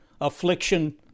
affliction